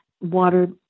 water